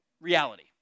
reality